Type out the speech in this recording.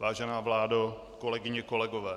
Vážená vládo, kolegyně, kolegové,